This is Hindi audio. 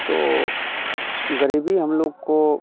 तो गरीबी हम लोग को